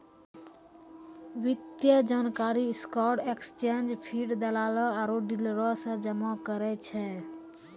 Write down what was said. वित्तीय जानकारी stock exchange feed, दलालो आरु डीलरो से जमा करै छै